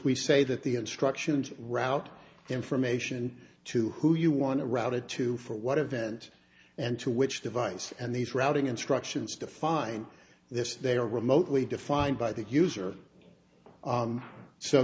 we say that the instruction and route information to who you want to routed to for what event and to which device and these routing instructions define this they are remotely defined by the user